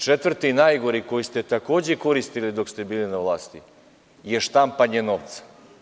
Četvrti, najgori, koji ste takođe koristili dok ste bili na vlasti, je štampanje novca.